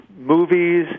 movies –